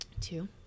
Two